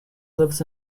lives